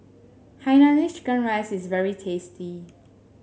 Hainanese Chicken Rice is very tasty